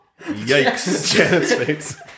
Yikes